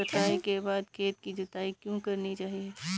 कटाई के बाद खेत की जुताई क्यो करनी चाहिए?